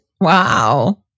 Wow